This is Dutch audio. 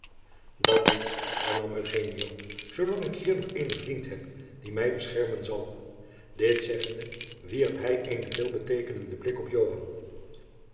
dat niet hernam eugenio zoolang ik hier nog eenen vriend heb die mij beschermen zal dit zeggende wierp hij eenen veelbeteekenenden blik op